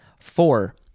Four